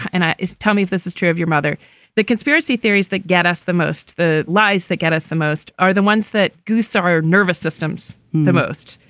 and is tell me if this is true of your mother. the conspiracy theories that get us the most. the lies that get us the most are the ones that goose our nervous systems the most.